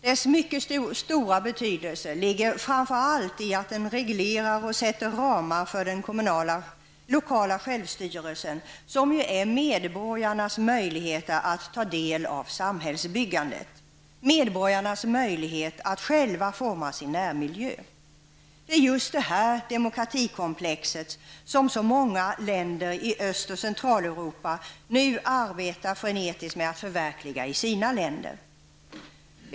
Dess mycket stora betydelse ligger framför allt i att den reglerar och sätter ramar för den lokala självstyrelsen, som är medborgarnas möjligheteter att ta del av samhällsbyggandet, medborgarnas möjligheter att själva forma sin närmiljö. Det är just detta demokratikomplex, som så många länder i Öst och Centraleuropa nu arbetar frenetiskt med att förverkliga i sina länder.